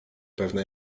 pewne